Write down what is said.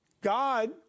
god